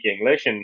English